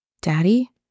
Daddy